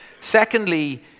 Secondly